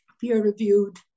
peer-reviewed